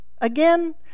Again